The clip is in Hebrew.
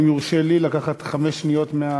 אם יורשה לי לקחת חמש שניות,